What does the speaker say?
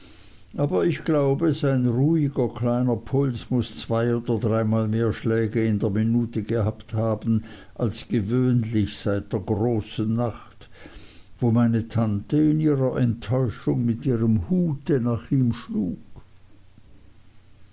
aber ich glaube sein ruhiger kleiner puls muß zwei oder dreimal mehr schläge in der minute gehabt haben als gewöhnlich seit der großen nacht wo meine tante in ihrer enttäuschung mit ihrem hute nach ihm schlug